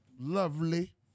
Lovely